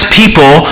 people